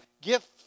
gift